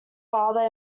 father